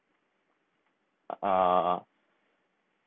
uh